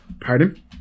pardon